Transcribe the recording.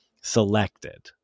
selected